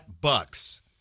Bucks